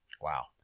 Wow